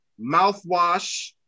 mouthwash